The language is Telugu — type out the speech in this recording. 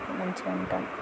మంచిగా ఉంటాం